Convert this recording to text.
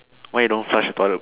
why you don't flush the toilet bowl